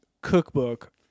cookbook